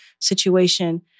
situation